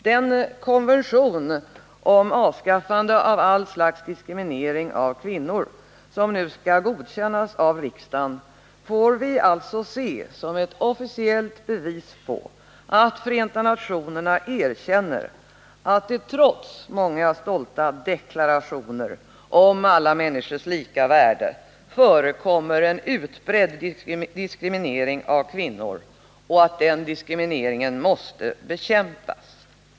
Den konvention om avskaffande av allt slags diskriminering av kvinnor som nu skall godkännas av riksdagen får vi se som ett officiellt bevis på att Förenta nationerna erkänner att det trots många stolta deklarationer om alla människors lika värde förekommer en utbredd diskriminering av kvinnor och att den diskrimineringen måste bekämpas.